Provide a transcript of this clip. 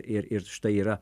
ir ir štai yra